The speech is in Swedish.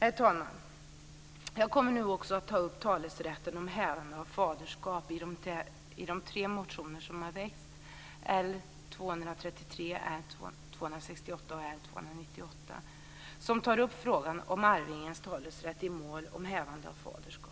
Herr talman! Jag kommer nu också att ta upp talerätten och hävande av faderskap i de tre motioner som har väckts, L233, L268 och L292, och som tar upp frågan om arvingens talerätt i mål om hävande av faderskap.